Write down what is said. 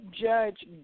judge